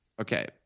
Okay